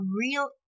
real